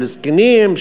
של זקנים,